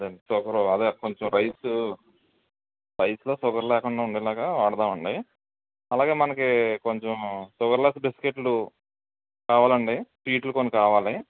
sugar అదే కొంచెం rice రైస్లో షుగర్ లేకుండా ఉండేలాగా వాడదాం అండి అలాగే మనకు కొంచెం షుగర్లెస్ బిస్కెట్లు కావాలండి స్వీట్లు కొన్ని కావాలి